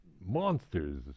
monsters